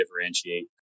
differentiate